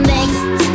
Next